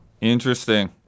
Interesting